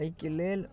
एहिके लेल